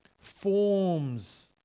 forms